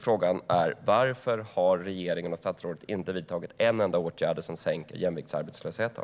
Frågan är: Varför har regeringen och statsrådet inte vidtagit en enda åtgärd som sänker jämviktsarbetslösheten?